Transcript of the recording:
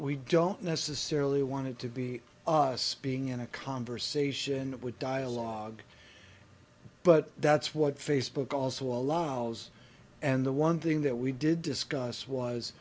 we don't necessarily want it to be us being in a conversation with dialogue but that's what facebook also allows and the one thing that we did discuss was